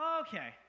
okay